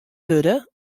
wurde